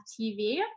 TV